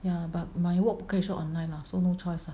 ya but my wok 不可以 shop online lah so no choice lah